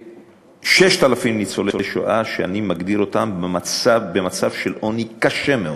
כ-6,000 ניצולי שואה שאני מגדיר אותם במצב של עוני קשה מאוד,